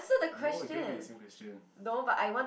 no it cannot be the same question